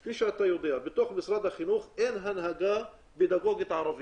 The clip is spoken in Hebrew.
כפי שאתה יודע בתוך משרד החינוך אין הנהגה פדגוגית ערבית.